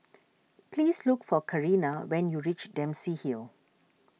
please look for Karina when you reach Dempsey Hill